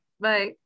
Bye